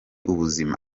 ubuzima